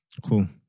cool